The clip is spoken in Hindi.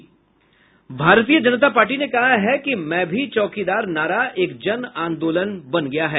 भारतीय जनता पार्टी ने कहा है कि मैं भी चौकीदार नारा एक जन आंदोलन बन गया है